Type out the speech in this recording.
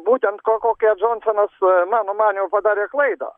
būtent ko kokią džonsonas mano manymu padarė klaidą